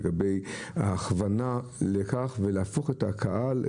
לגבי ההכוונה לכך ולהפוך את הקהל,